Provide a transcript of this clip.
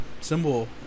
symbol